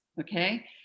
okay